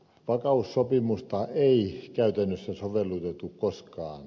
vakaussopimusta ei käytännössä sovellettu koskaan